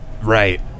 right